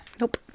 Nope